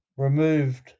removed